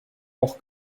auch